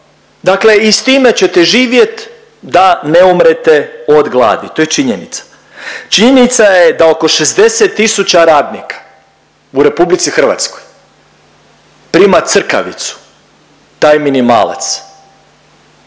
preskupa i s time ćete živjet da ne umrete od gladi, to je činjenica. Činjenica je da oko 60 tisuća radnika u RH prima crkavicu taj minimalac.